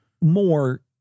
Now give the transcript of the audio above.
more